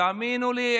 תאמינו לי,